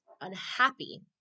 unhappy